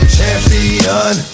Champion